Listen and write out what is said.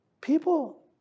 people